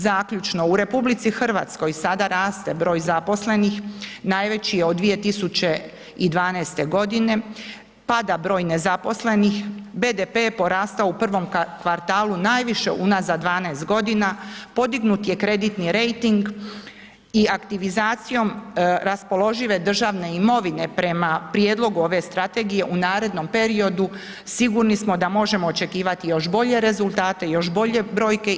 Zaključno, u RH sada raste broj zaposlenih, najveći je od 2012.g. pada broj nezaposlenih, BDP je porastao u prvom kvartalu najviše unazad 12 godina, podignut je kreditni rejting i aktivizacijom raspoložive državne imovine prema prijedlogu ove strategije u narednom periodu sigurni smo da možemo očekivati još bolje rezultate, još bolje brojke.